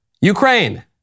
Ukraine